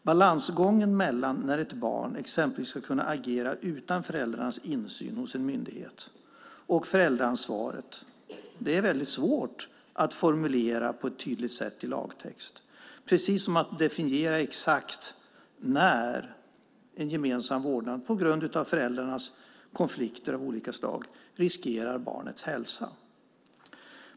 Balansgången mellan när ett barn exempelvis ska kunna agera utan föräldrarnas insyn hos en myndighet och föräldraansvaret är svår att formulera tydligt i lagtext, precis som det är att definiera exakt när en gemensam vårdnad på grund av föräldrarnas konflikter riskerar barnets hälsa.